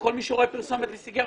שכל מי שרואה פרסומת לסיגריות,